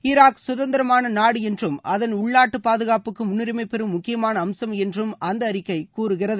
Iraq கதந்திரமான நாடு என்றும் அதன் உள்நாட்டு பாதுகாப்பு முன்னுரிமை பெறும் முக்கியமான அம்சம் என்றும் அந்த அறிக்கை கூறுகிறது